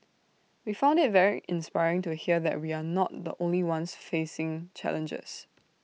we found IT very inspiring to hear that we are not the only ones facing challenges